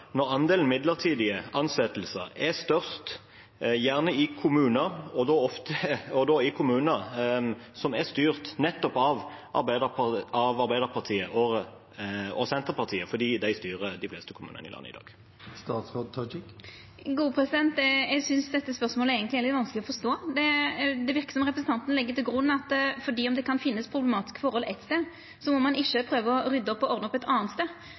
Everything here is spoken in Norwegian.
når andelen midlertidige ansettelser gjerne er størst i kommuner som er styrt av nettopp Arbeiderpartiet og Senterpartiet, fordi de styrer de fleste kommunene i landet i dag? Eg synest eigentleg det er litt vanskeleg å forstå dette spørsmålet. Det verkar som representanten legg til grunn at når det kan finnast problematiske forhold éin stad, må ein ikkje prøva å rydda og ordna opp ein annan stad. Det skal ikkje vera nokon tvil om korleis denne regjeringa ønskjer å